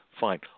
Fine